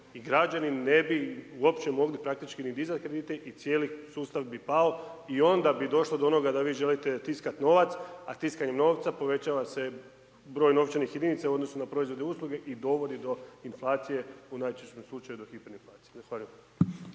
i građani ne bi uopće mogli praktički ni dizat kredite i cijeli sustav bi pao i onda bi došlo do onoga da vi želite tiskati novac a tiskanjem novca povećava se broj novčanih jedinica u odnosu na proizvodne usluge i dovodi do inflacije u najčešćem slučaju do hiperinflacije.